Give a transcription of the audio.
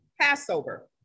Passover